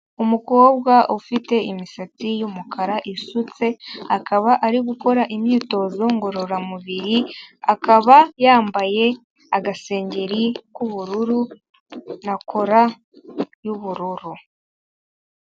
Umukobwa ufite imisatsi y'umukara isutse, akaba ari gukora imyitozo ngororamubiri, akaba yambaye agasengeri k'ubururu na kola y'ubururu.